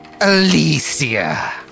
Alicia